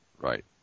Right